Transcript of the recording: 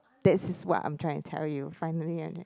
this is what I'm trying to tell you finally